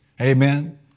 Amen